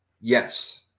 Yes